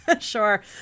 Sure